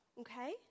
Okay